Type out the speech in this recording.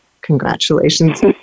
Congratulations